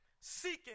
Seeking